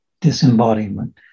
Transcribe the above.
disembodiment